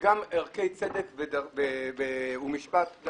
שגם ערכי צדק ומשפט יישמרו,